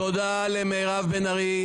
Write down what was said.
תודה למירב בן ארי.